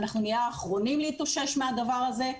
אנחנו נהיה האחרונים להתאושש מהדבר הזה,